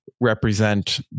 represent